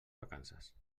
vacances